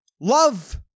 love